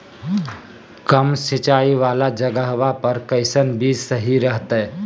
कम सिंचाई वाला जगहवा पर कैसन बीज सही रहते?